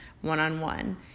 one-on-one